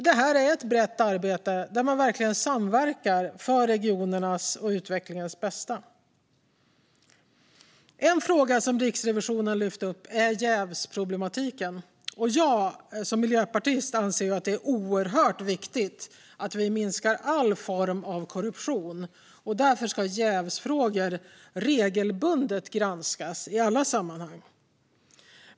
Detta är ett brett arbete där man verkligen samverkar för regionernas och utvecklingens bästa. En fråga som Riksrevisionen lyft upp är jävsproblematiken. Jag som miljöpartist anser att det är oerhört viktigt att vi minskar all form av korruption, och därför ska jävsfrågor regelbundet granskas i alla sammanhang.